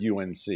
UNC